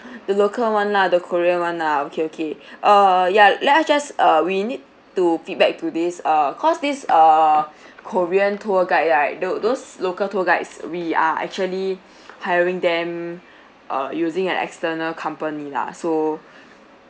the local [one] lah the korea [one] lah okay okay err ya let us just uh we need to feedback to this uh cause this err korean tour guide right tho~ those local tour guides we are actually hiring them uh using an external company lah so